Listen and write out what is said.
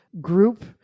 group